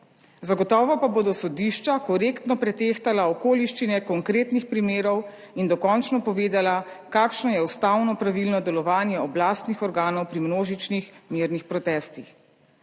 zagotovo pa bodo sodišča korektno pretehtala okoliščine konkretnih primerov in dokončno povedala, kakšno je ustavno pravilno delovanje oblastnih organov pri množičnih mirnih protestih.